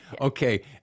Okay